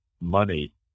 money